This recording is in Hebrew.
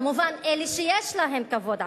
כמובן אלה שיש להם כבוד עצמי.